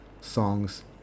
songs